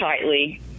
tightly